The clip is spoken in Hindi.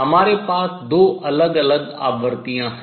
हमारे पास दो अलग अलग आवृत्तियाँ हैं